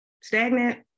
Stagnant